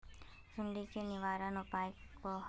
सुंडी के निवारण उपाय का होए?